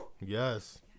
Yes